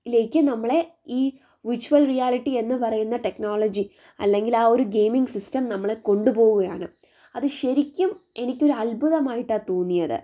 ലേക്ക് നമ്മളെ ഈ virtual reality എന്ന് പറയുന്ന ടെക്നോളജി അല്ലെങ്കിൽ ആ ഒരു ഗെയിമിങ് സിസ്റ്റം നമ്മളെ കൊണ്ടുപോവുകയാണ് അത് ശരിക്കും എനിക്കൊരു അത്ഭുതമായിട്ടാണ് തോന്നിയത്